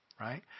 Right